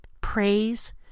praise